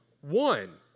one